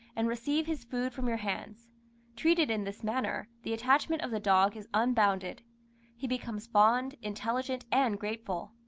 and receive his food from your hands treated in this manner, the attachment of the dog is unbounded he becomes fond, intelligent, and grateful.